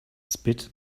spit